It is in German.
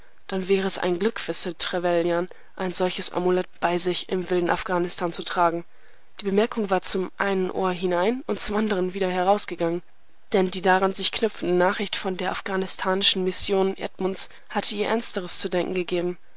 dann wäre es ein glück für sir trevelyan ein solches amulett bei sich im wilden afghanistan zu tragen die bemerkung war zum einen ohr herein und zum andern wieder hinausgegangen denn die daran sich knüpfende nachricht von der afghanistanischen mission edmunds hatte ihr ernsteres zu denken gegeben